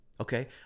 Okay